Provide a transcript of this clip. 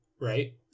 right